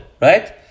right